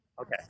Okay